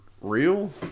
real